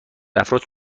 افرادی